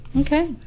Okay